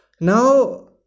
Now